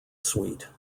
sweet